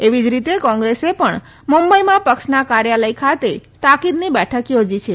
એવી જ રીતે કોંગ્રેસે પણ મુંબઇમાં પક્ષના કાર્યાલય ખાતે તાકીદની બેઠક યોજી છે